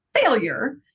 failure